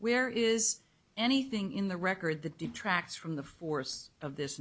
where is anything in the record that detracts from the force of this